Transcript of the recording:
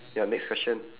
ya next question